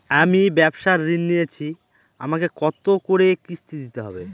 আমি ব্যবসার ঋণ নিয়েছি আমাকে কত করে কিস্তি দিতে হবে?